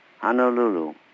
Honolulu